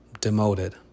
demoted